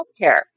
healthcare